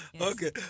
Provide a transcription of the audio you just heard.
Okay